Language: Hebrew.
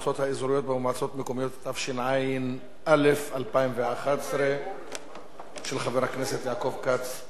התשע"א 2011. ההצעה להסיר מסדר-היום את הצעת חוק